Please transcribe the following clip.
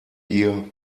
ihr